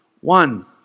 One